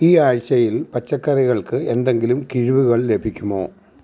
ഈ ആഴ്ചയിൽ പച്ചക്കറികൾക്ക് എന്തെങ്കിലും കിഴിവുകൾ ലഭിക്കുമോ